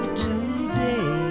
today